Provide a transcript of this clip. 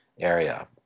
Area